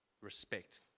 respect